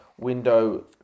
window